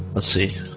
a c